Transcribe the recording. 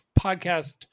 podcast